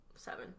Seven